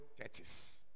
churches